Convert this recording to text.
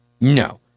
No